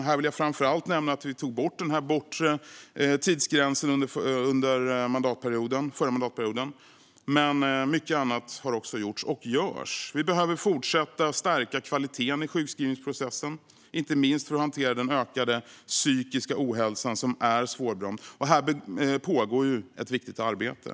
Här vill jag framför allt nämna att vi tog bort den bortre tidsgränsen under den förra mandatperioden, men mycket annat har också gjorts och görs. Vi behöver fortsätta att stärka kvaliteten i sjukskrivningsprocessen, inte minst för att hantera den ökade psykiska ohälsan, som är svårbedömd. Här pågår ett viktigt arbete.